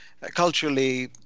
culturally